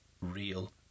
real